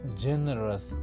generous